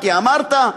כי אמרת.